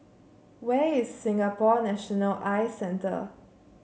where is Singapore National Eye Centre